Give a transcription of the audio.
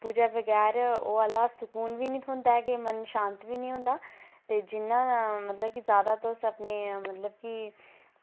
पूजा बगैर ओह् आह्ला सुकून बी निं थ्होंदा ऐ मन शांत बी निं होंदा ते जिन्ना गै मतलब जादै गै तुस अपने गै